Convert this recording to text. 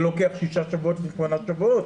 וזה לוקח שישה ושמונה שבועות.